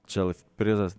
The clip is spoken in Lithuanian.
čia prizas